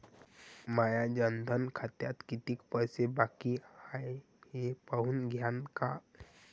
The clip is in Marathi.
माया जनधन खात्यात कितीक पैसे बाकी हाय हे पाहून द्यान का?